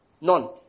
None